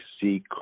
see